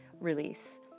release